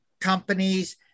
companies